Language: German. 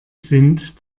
sind